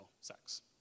sex